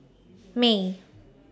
May